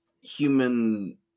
human